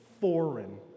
foreign